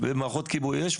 ויש מערכות כיבוי אש,